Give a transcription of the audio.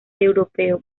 europeo